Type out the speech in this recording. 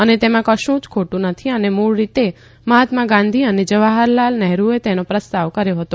અને તેમાં કશું જ ખોટું નથી અને મૂળ રીતે મહાત્મા ગાંધી અને જવાહરલાલ નહેડુએ તેનો પ્રસ્તાવ કર્યો હતો